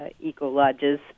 eco-lodges